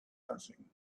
nothing